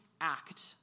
act